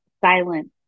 silence